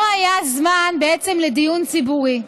ולא היה זמן לדיון ציבורי.